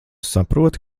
saproti